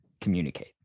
communicate